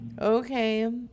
Okay